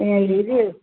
எங்களுது இது